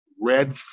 red